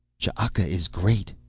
ch'aka is great,